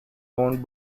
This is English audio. owned